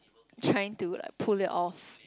trying to like pull it off